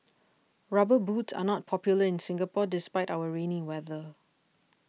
rubber boots are not popular in Singapore despite our rainy weather